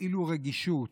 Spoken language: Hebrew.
תפעילו רגישות.